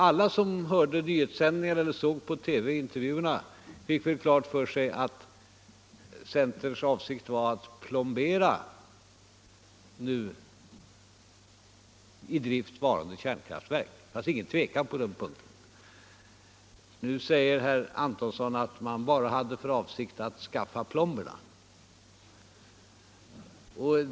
Alla som hörde nyhetssändningen eller såg TV-intervjuerna i går fick väl klart för sig att centerns avsikt var att plombera nu i drift varande kärnkraftverk. Det fanns ingen tvekan på den punkten. Nu säger herr Antonsson att man bara hade för avsikt att skaffa plomberna.